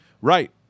Right